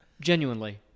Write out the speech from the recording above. genuinely